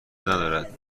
ندارد